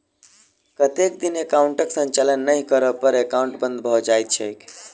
कतेक दिन एकाउंटक संचालन नहि करै पर एकाउन्ट बन्द भऽ जाइत छैक?